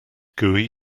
gooey